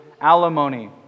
alimony